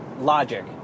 logic